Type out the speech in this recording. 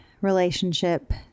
relationship